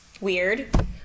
weird